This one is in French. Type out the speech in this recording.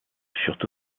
furent